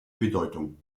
bedeutung